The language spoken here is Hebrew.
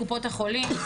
קופות החולים,